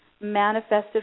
manifested